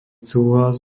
súhlas